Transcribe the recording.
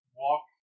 walk